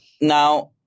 Now